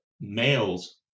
males